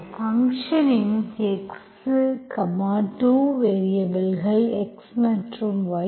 function இன் x 2 வேரியபல்கள் x மற்றும் y